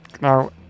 now